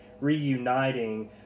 reuniting